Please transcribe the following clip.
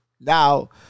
Now